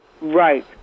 Right